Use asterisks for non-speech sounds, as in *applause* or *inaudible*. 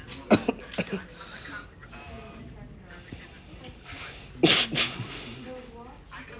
*coughs* *breath*